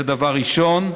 זה דבר ראשון.